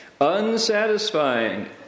Unsatisfying